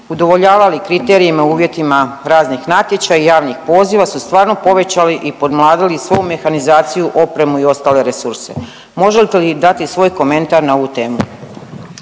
udovoljavali kriterijima uvjetima raznih natječaja i javnih poziva su stvarno povećali i pomladili svu mehanizaciju, opremu i ostale resurse. Možete li dati svoj komentar na ovu temu?